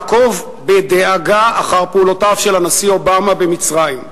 לעקוב בדאגה אחר פעולותיו של הנשיא אובמה במצרים.